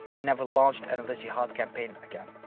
he never launched another jihad campaign again.